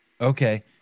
Okay